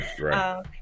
Right